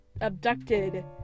abducted